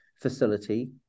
facility